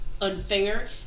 unfair